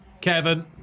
Kevin